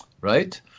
right